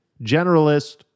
generalist